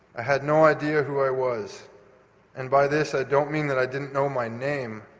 i had no idea who i was and by this i don't mean that i didn't know my name,